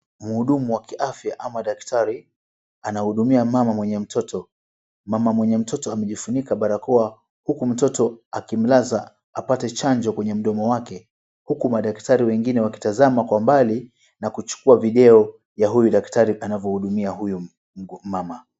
Mhudumu wa kiafya ama daktari anahudumia mama mwenye mtoto. Mama mwenye mtoto amejifunika barakoa huku mtoto akimlaza apate chanjo kwenye mdomo wake, huku madaktari wengine wakitazama kwa mbali na kuchukua video ya huyu daktari anavyohudumia huyu mama.